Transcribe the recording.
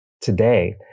today